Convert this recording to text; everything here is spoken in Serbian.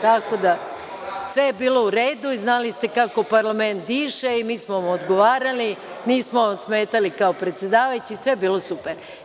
Tako da, sve je bilo u redu i znali ste kako parlament diše i mi smo vam odgovarali, nismo vam smetali kao predsedavajući, sve je bilo super.